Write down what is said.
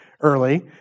early